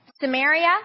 Samaria